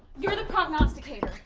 you're the prognosticator!